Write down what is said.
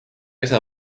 isa